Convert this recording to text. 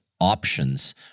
options